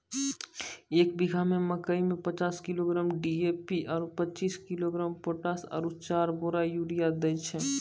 एक बीघा मे मकई मे पचास किलोग्राम डी.ए.पी आरु पचीस किलोग्राम पोटास आरु चार बोरा यूरिया दैय छैय?